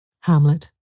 Hamlet